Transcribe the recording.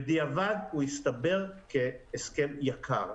בדיעבד הוא הסתבר כהסכם יקר.